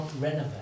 renovate